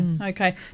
Okay